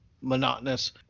monotonous